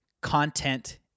content